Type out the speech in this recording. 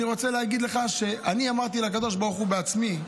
אני רוצה להגיד לך שאני אמרתי לקדוש ברוך הוא בעצמי,